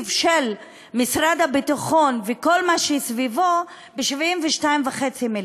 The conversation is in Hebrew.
של משרד הביטחון וכל מה שסביבו ב-72.5 מיליארד.